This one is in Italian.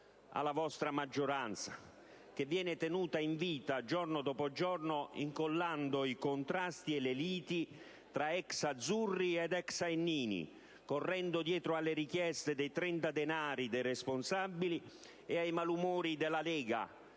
alla vostra maggioranza, che viene tenuta in vita giorno dopo giorno incollando i contrasti e le liti tra ex azzurri ed ex aennini, correndo dietro alle richieste dei trenta denari dei Responsabili e ai malumori della Lega.